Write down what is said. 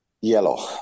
yellow